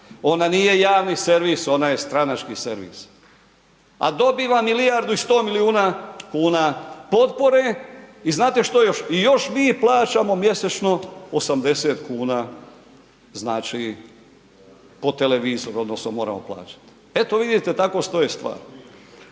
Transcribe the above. Ona nije javni servis, ona je stranački servis a dobiva milijardu i 100 milijuna kuna potpore i znate šta je još, i još mi plaćamo mjesečno 80 kuna po televizoru odnosno moramo plaćati. Eto vidite tako stoje stvari.